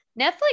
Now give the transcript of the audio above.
Netflix